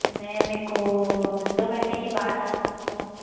ma'am मे को दो घंटे के बाद आ सकती हूँ